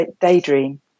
daydream